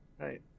right